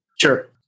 Sure